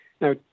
now